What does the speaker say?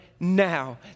now